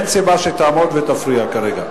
אין סיבה שתעמוד ותפריע כרגע.